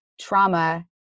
trauma